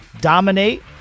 dominate